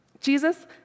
Jesus